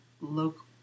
local